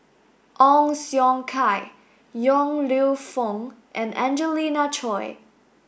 Ong Siong Kai Yong Lew Foong and Angelina Choy